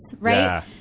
right